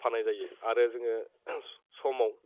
फाननाय जायो आरो जोङो समाव